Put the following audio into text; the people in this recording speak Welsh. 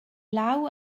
law